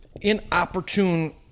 inopportune